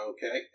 Okay